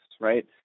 right